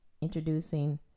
introducing